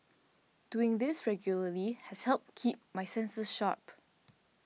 doing this regularly has helped keep my senses sharp